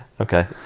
okay